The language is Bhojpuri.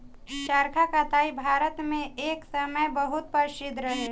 चरखा कताई भारत मे एक समय बहुत प्रसिद्ध रहे